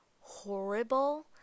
horrible